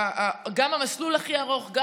גם המסלול הכי ארוך, גם